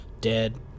Dead